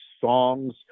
songs